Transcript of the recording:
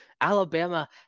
Alabama